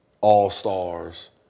all-stars